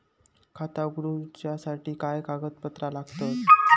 खाता उगडूच्यासाठी काय कागदपत्रा लागतत?